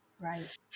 Right